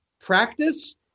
practice